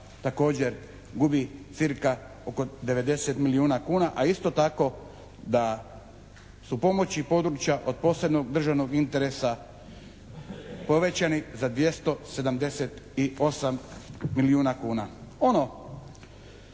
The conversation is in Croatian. također gubi cirka oko 90 milijuna kuna, a isto tako da su pomoći područja od posebnog državnog interesa povećani za 278 milijuna kuna.